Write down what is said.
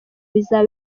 bizaba